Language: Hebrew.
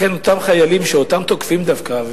לכן, אותם חיילים שאותם תוקפים דווקא,